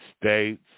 States